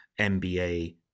MBA